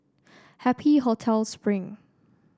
Happy Hotel Spring